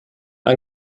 ein